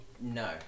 No